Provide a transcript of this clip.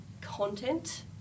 content